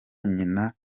nyina